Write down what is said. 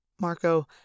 Marco